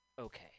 okay